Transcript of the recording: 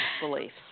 beliefs